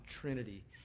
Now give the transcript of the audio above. Trinity